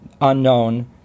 unknown